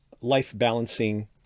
life-balancing